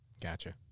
Gotcha